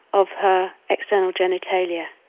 of her external genitalia.